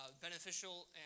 beneficial